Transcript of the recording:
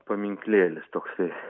paminklėlis toksai